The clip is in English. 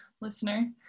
listener